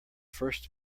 first